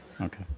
Okay